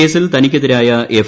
കേസിൽ തനിക്കെതിരായ എഫ്